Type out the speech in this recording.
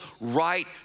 right